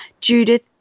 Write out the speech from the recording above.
Judith